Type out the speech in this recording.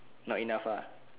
not enough uh